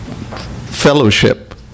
fellowship